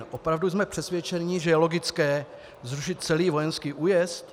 Opravdu jsme přesvědčeni, že je logické zrušit celý vojenský újezd?